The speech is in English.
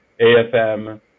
AFM